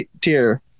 tier